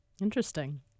Interesting